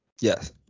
Yes